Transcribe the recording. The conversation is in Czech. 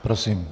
Prosím.